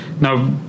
Now